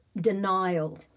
denial